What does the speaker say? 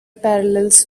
parallels